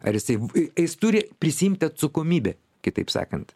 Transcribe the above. ar jisai jis turi prisiimti atsakomybę kitaip sakant